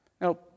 Now